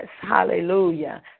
hallelujah